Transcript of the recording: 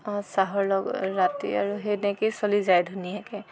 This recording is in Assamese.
চাহৰ লগত ৰাতি আৰু সেনেকৈয়ে চলি যায় ধুনীয়াকৈ